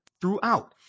throughout